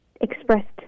expressed